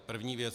První věc.